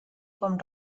com